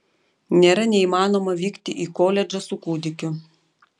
nėra neįmanoma vykti į koledžą su kūdikiu